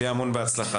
שיהיה המון בהצלחה.